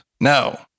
No